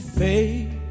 faith